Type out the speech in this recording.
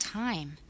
time